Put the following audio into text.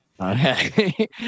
okay